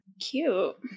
Cute